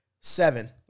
seven